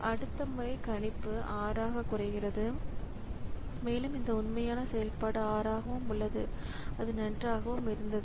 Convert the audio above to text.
அடுத்த முறை கணிப்பு 6 ஆக குறைகிறது மேலும் இந்த உண்மையான செயல்பாடு 6 ஆகவும் உள்ளது அது நன்றாக இருந்தது